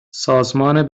سازمان